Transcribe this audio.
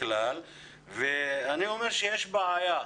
אני אומר שיש בעיה.